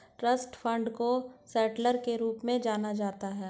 trust fund को settler के रूप में जाना जाता है